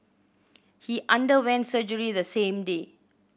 he underwent surgery the same day